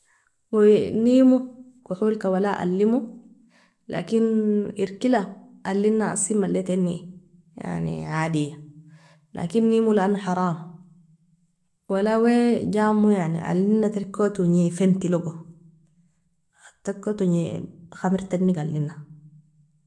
Oie nemo, koholka wala alemo, lakin irkila alina asi mailitani yani adia, lakin nemo lano harama wala wai janmo yani alina tarkotojnei fantilogo, tarkotojnei khamertani galina.